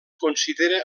considera